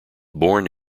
born